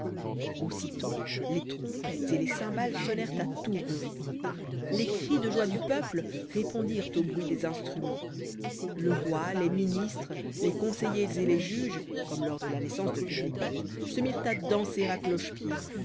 aussitôt les trompettes et les cymbales sonnèrent à tout rompre les cris de joie du peuple répondirent au bruit des instruments le roi les ministres les conseillers et les juges comme lors de la naissance de pirlipate se mirent à danser à cloche-pied